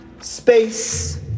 space